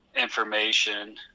information